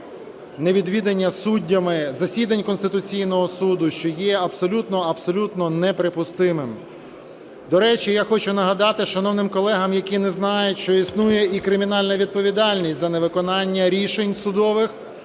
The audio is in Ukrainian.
невідвідання суддями засідань Конституційного Суду, що є абсолютно, абсолютно неприпустимим. До речі, я хочу нагадати шановним колегам, які не знають, що існує і кримінальна відповідальність за невиконання рішень судових,